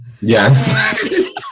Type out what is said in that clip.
Yes